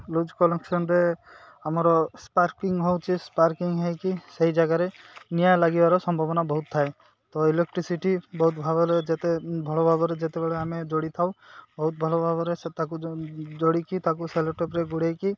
lose କନେକ୍ସନ୍ରେ ଆମର sparking ହେଉଛି ସ୍ପାର୍କିଂ ହେଇକି ସେଇ ଜାଗାରେ ନିଆଁ ଲାଗିବାର ସମ୍ଭାବନା ବହୁତ ଥାଏ ତ ଇଲେକ୍ଟ୍ରିସିଟି ବହୁତ ଭାବରେ ଯେତେ ଭଲ ଭାବରେ ଯେତେବେଳେ ଆମେ ଯୋଡ଼ି ଥାଉ ବହୁତ ଭଲ ଭାବରେ ସେ ତାକୁ ଯୋଡ଼ିକି ତାକୁ ସେଲୋଟେପ୍ରେ ଗୁଡ଼େଇକି